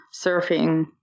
surfing